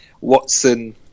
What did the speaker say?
watson